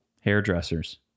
hairdressers